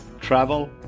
travel